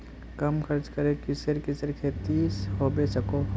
कम खर्च करे किसेर किसेर खेती होबे सकोहो होबे?